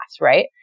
Right